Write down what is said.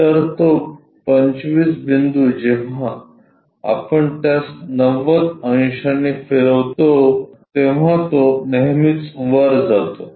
तर तो 25 बिंदू जेव्हा आपण त्यास 90 अंशांनी फिरवत असतो तेव्हा तो नेहमीच वर जातो